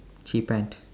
cheephant